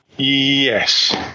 Yes